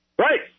Right